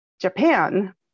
Japan